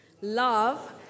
Love